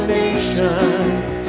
nations